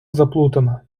заплутана